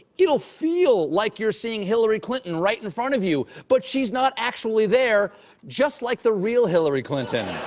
it'll feel like you're seeing hillary clinton right in front of you, but she's not actually there just like the real hillary clinton!